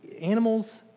Animals